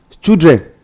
children